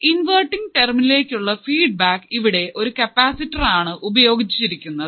inverting ടെര്മിനലിലേക്കുള്ള feed ബാക്കിൽ ഇവിടെ ഒരു കപ്പാസിറ്റർ ആണ് ഉപയോഗിച്ചിരിക്കുന്നത്